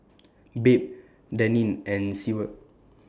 Babe Daneen and Seward